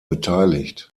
beteiligt